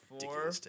four